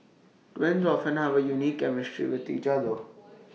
twins often have A unique chemistry with each other